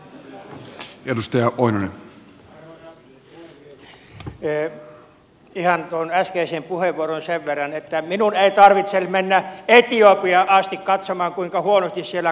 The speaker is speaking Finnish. ihan tuohon äskeiseen puheenvuoroon sen verran että minun ei tarvitse mennä etiopiaan asti katsomaan kuinka huonosti siellä kansalaiset voivat